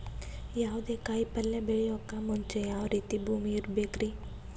ಯಾವುದೇ ಕಾಯಿ ಪಲ್ಯ ಬೆಳೆಯೋಕ್ ಮುಂಚೆ ಯಾವ ರೀತಿ ಭೂಮಿ ಇರಬೇಕ್ರಿ?